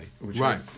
right